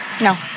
No